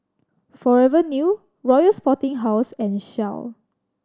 Forever New Royal Sporting House and Shell